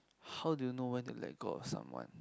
how do you know when to let go of someone